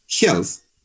health